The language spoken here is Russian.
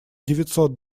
девятьсот